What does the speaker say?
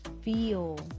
feel